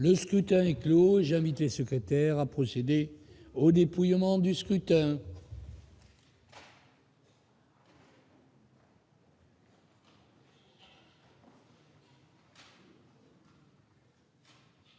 Le scrutin est clos. J'invite Mmes et MM. les secrétaires à procéder au dépouillement du scrutin.